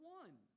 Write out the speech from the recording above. one